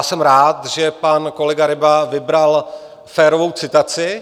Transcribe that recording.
Jsem rád, že pan kolega Ryba vybral férovou citaci.